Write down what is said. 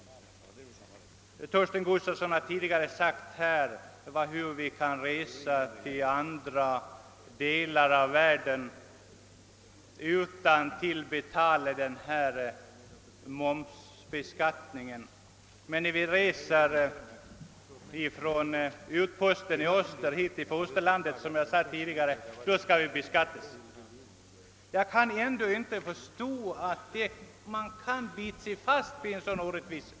Torsten Gustafsson har framhållit att vi kan resa till andra delar av världen utan att betala denna moms. Men när vi reser ifrån utposten i öster hit till vårt fosterland skall vi beskattas extra. Jag kan inte förstå att man kan bita sig fast vid en sådan orättvisa.